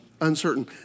uncertain